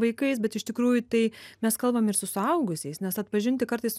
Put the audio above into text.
vaikais bet iš tikrųjų tai mes kalbam ir su suaugusiais nes atpažinti kartais